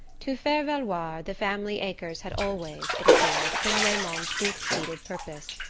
to faire valoir the family acres had always, it appeared, been raymond's deepest-seated purpose,